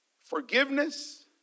Forgiveness